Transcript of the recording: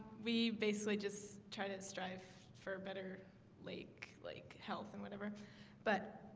we basically just try to strive for a better lake like health and whatever but